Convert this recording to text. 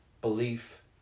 belief